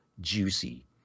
juicy